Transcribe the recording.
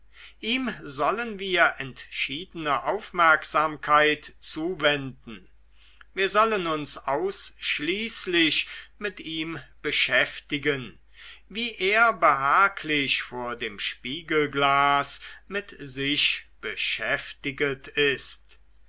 ihm sollen wir entschiedene aufmerksamkeit zuwenden wir sollen uns ausschließlich mit ihm beschäftigen wie er behaglich vor dem spiegelglas mit sich beschäftiget ist